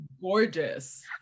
gorgeous